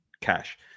cash